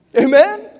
Amen